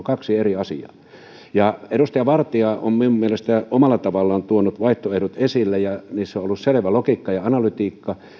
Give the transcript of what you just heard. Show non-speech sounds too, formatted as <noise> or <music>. <unintelligible> kaksi eri asiaa edustaja vartia on minun mielestäni omalla tavallaan tuonut vaihtoehdot esille ja niissä on ollut selvä logiikka ja analytiikka